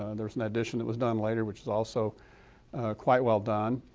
ah there was an addition that was done later which is also quite well done,